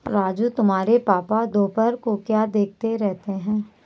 राजू तुम्हारे पापा दोपहर को क्या देखते रहते हैं?